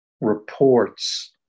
reports